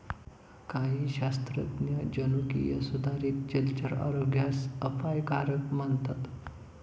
काही शास्त्रज्ञ जनुकीय सुधारित जलचर आरोग्यास अपायकारक मानतात